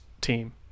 team